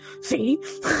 see